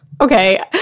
okay